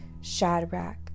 Shadrach